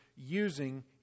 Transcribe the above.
Using